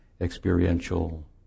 experiential